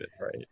right